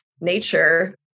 nature